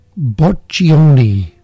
Boccioni